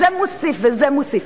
זה מוסיף וזה מוסיף.